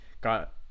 got